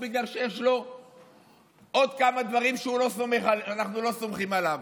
בגלל שיש עוד כמה דברים שבהם אנחנו לא סומכים עליו,